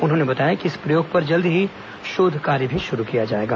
उन्होंने बताया कि इस प्रयोग पर जल्द ही शोध कार्य भी शुरू किया जाएगा